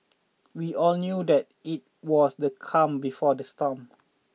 we all knew that it was the calm before the storm